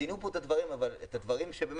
ציינו פה את הדברים, אבל הדברים שבאמת